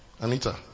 Anita